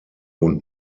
und